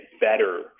better